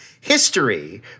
history